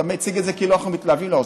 אתה מציג את זה כאילו אנחנו מתלהבים להרוס.